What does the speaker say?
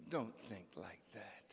don't think like that